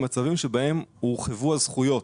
מצבים שבהם הורחבו הזכויות,